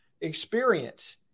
experience